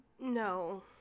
No